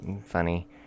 funny